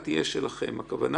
אנחנו ממש לא נהיה מוכנים לזה.